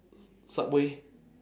subway